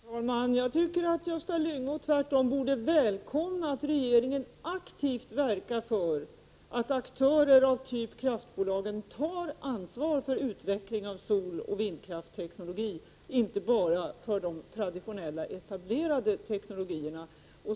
Herr talman! Jag tycker att Gösta Lyngå borde välkomna att regeringen aktivt verkar för att aktörer av typ kraftbolag tar ansvar för utvecklingen av soloch vindkraftteknologi — inte bara tar ansvar för de traditionella och etablerade teknologierna.